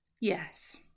yes